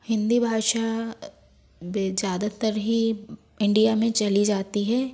हिंदी भाषा बे ज़्यादातर ही इंडिया में चली जाती है